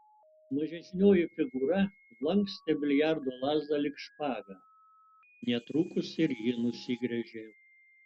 mažesnioji figūra lankstė biliardo lazdą lyg špagą netrukus ir ji nusigręžė